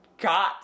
got